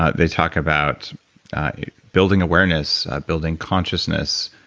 they talk about building awareness, building consciousness,